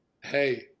Hey